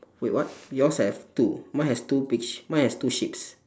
wait what yours have two mine has two mine has two sheeps